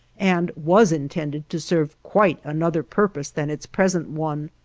and was intended to serve quite another purpose than its present one.